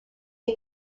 est